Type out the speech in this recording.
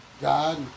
God